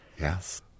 Yes